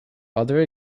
other